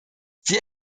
sie